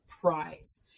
prize